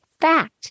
fact